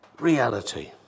reality